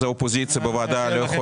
כמרכז האופוזיציה בוועדה לא יכול